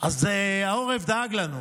אז העורף דאג לנו.